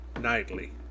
nightly